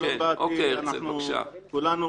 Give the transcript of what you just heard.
אנחנו כולנו